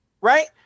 Right